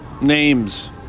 names